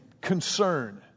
concern